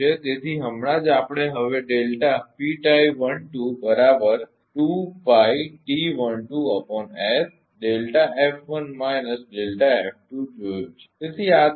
તેથી હમણાં જ આપણે હવે ડેલ્ટા જોયું છે તેથી આ તે આ બ્લોક છે